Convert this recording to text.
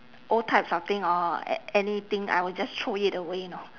old types of thing or anything I will just throw it away know